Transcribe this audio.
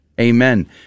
Amen